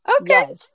Okay